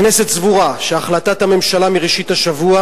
הכנסת סבורה שהחלטת הממשלה מראשית השבוע